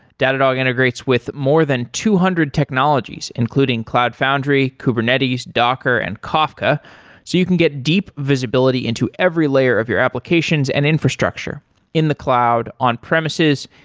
datadog integrates with more than two hundred technologies, including cloud foundry, kubernetes, docker and kafka, so you can get deep visibility into every layer of your applications and infrastructure in the cloud, on-premises,